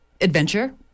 adventure